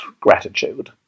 gratitude